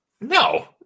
No